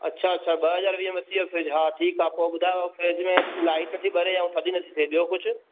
अच्छा अच्छा ॿ हज़ार वीह में वरिती हुयव फ्रिज हा ठीकु आहे पोइ ॿुधायो फ्रिज में लाईट न थी ॿरे ऐं थदी न थी थिए ऐं ॿियो कुझु